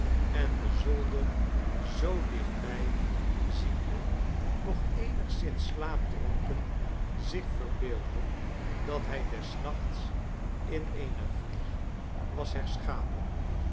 en den zolder zoo dichtby ziende nog eenigszins slaapdronken zich verbeeldde dat hij des nachts in eene vlieg was herschapen